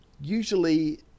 usually